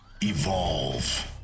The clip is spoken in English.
...evolve